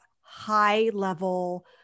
high-level